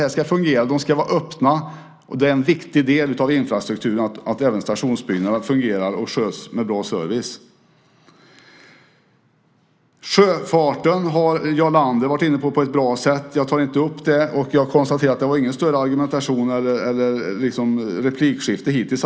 Stationsbyggnaderna ska vara öppna. Det är en viktig del av infrastrukturen att även stationsbyggnaderna fungerar och sköts med bra service. Sjöfarten har Jarl Lander på ett bra sätt varit inne på, så jag tar inte upp den. Jag konstaterar att det inte varit någon större argumentation eller några replikskiften hittills.